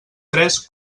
tres